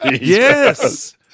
yes